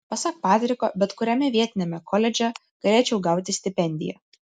pasak patriko bet kuriame vietiniame koledže galėčiau gauti stipendiją